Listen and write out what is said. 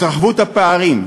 התרחבות הפערים,